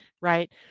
right